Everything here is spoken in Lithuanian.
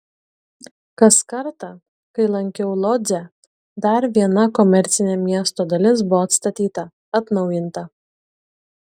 kas kartą kai lankiau lodzę dar viena komercinė miesto dalis buvo atstatyta atnaujinta